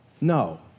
No